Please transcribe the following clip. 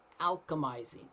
alchemizing